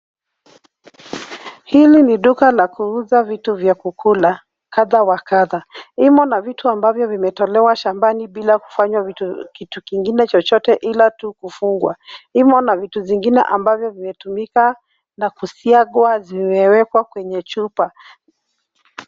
Hili ni duka la kuuza vitu vya kukula kadha wa kadha. Imo na vitu ambavyo vimetolewa shambani bila kufanywa kitu kingine chochote ila tu kufungwa. Imo na vitu zingine ambavyo vinatumika na kusiagwa zimewekwa kwenye chupa.